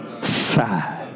side